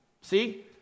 See